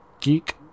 Geek